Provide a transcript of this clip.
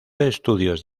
estudios